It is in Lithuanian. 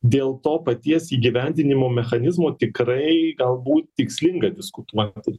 dėl to paties įgyvendinimo mechanizmo tikrai galbūt tikslinga diskutuoti